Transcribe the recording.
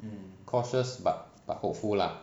cautious but but hopeful lah